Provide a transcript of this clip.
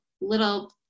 little